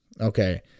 Okay